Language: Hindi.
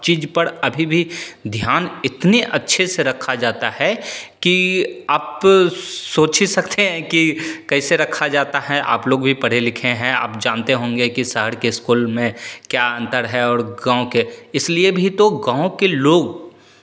चीज़ पर अभी भी ध्यान इतने अच्छे से रखा जाता है कि आप सोच ही सकते हैं कि कैसे रखा जाता है आप लोग भी पढ़े लिखे हैं आप जानते होंगे कि शहर के स्कूल में क्या अंतर है और गाँव के इसलिए भी तो गाँव के लोग